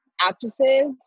actresses